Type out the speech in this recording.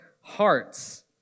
hearts